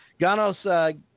Ganos